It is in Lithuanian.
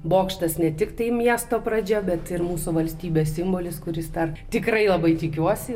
bokštas ne tiktai miesto pradžia bet ir mūsų valstybės simbolis kuris dar tikrai labai tikiuosi